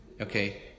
Okay